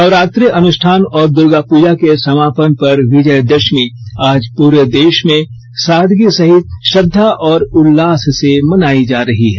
नवरात्र अनुष्ठान और द्र्गापूजा के समापन पर विजयदशमी आज पूरे देश में सादगी सहित श्रद्धा और उल्लास से मनायी जा रही है